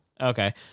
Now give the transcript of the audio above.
Okay